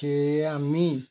সেয়ে আমি